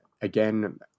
again